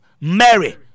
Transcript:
Mary